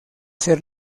ser